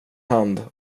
hand